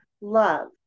love